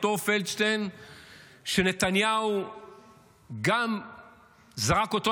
אותו פלדשטיין שנתניהו גם זרק אותו